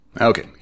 okay